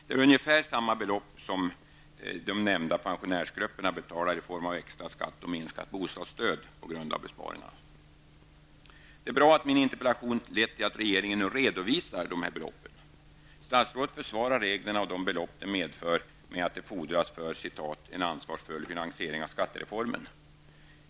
Det är ungefär samma belopp som de nämnda pensionärsgrupperna betalar i form av extra skatt och minskat bostadsstöd på grund av sina besparingar. Det är bra att min interpellation lett till att regeringen nu redovisar dessa belopp. Statsrådet försvarar reglerna och de belopp de medför med att de fordras för ''en ansvarsfull finansiering av skattereformen''.